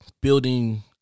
building